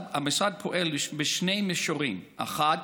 המשרד פועל בשני מישורים: האחד,